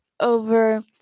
over